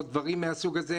או דברים מהסוג הזה.